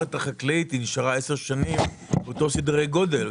החקלאית נשארה 10 שנים באותם סדרי גודל.